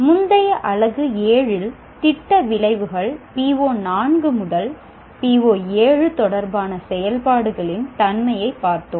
முந்தைய அலகு 7 இல் திட்ட விளைவுகள் PO4 முதல் PO7 தொடர்பான செயல்பாடுகளின் தன்மையைப் பார்த்தோம்